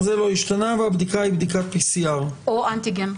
והבדיקה היא בדיקת PCR. או אנטיגן.